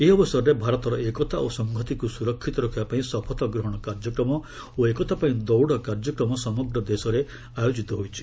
ଏହି ଅବସରରେ ଭାରତର ଏକତା ଓ ସଂହତିକୁ ସୁରକ୍ଷିତ ରଖିବାପାଇଁ ଶପଥ ଗ୍ରହଣ କାର୍ଯ୍ୟକ୍ରମ ଓ ଏକତା ପାଇଁ ଦୌଡ଼ କାର୍ଯ୍ୟକ୍ରମ ସମଗ୍ର ଦେଶରେ ଆୟୋଜିତ ହୋଇଛି